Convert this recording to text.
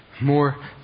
more